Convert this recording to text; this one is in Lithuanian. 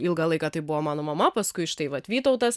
ilgą laiką tai buvo mano mama paskui štai vat vytautas